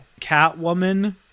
Catwoman